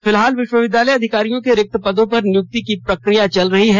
फिलहाल विश्वविद्यालय अधिकारियों के रिक्त पदों पर नियुक्ति की प्रक्रिया चल रही है